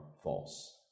false